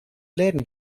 läden